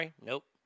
Nope